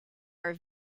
are